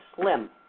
slim